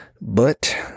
But